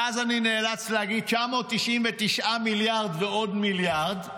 ואז אני נאלץ להגיד "999 מיליארד ועוד מיליארד",